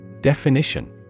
Definition